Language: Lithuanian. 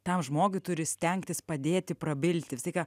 tam žmogui turi stengtis padėti prabilti visą laiką